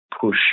push